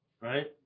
Right